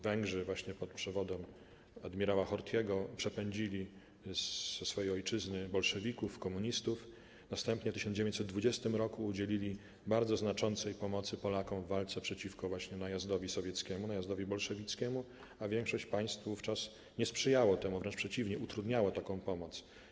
Węgrzy właśnie pod przewodem adm. Horthyego przepędzili ze swojej ojczyzny bolszewików, komunistów, następnie w 1920 r. udzielili bardzo znaczącej pomocy Polakom w walce przeciwko najazdowi Sowietów, najazdowi bolszewików, a większość państw wówczas nie sprzyjała temu, wręcz przeciwnie, utrudniała taką pomoc.